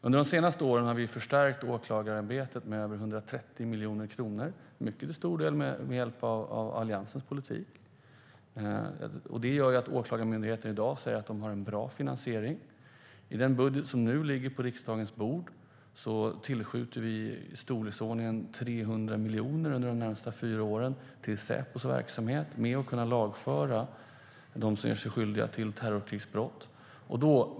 Under de senaste åren har vi förstärkt åklagarämbetet med över 130 miljoner kronor, mycket till stor del med hjälp av Alliansens politik. Det gör att Åklagarmyndigheten i dag anser sig ha en bra finansiering. I den budget som nu ligger på riksdagens bord tillskjuter vi i storleksordningen 300 miljoner under de närmaste fyra åren till Säpos verksamhet för att kunna lagföra dem som gör sig skyldiga till terrorkrigsbrott.